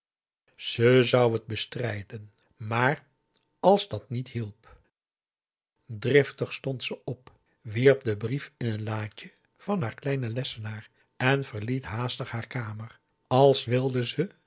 ze zou het bestrijden maar als dat niet hielp driftig stond ze op wierp den brief in een laatje van haar kleinen lessenaar en verliet haastig haar kamer als wilde ze